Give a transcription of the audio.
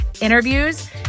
interviews